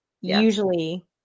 usually